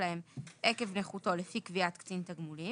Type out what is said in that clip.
להם עקב נכותו לפי קביעת קצין תגמולים.